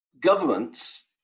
Governments